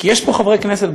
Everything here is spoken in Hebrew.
כי יש פה חברי כנסת,